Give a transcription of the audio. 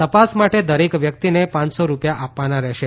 તપાસ માટે દરેક વ્યકિતને પાંચસો રૂપિયા આપવાના રહેશે